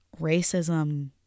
racism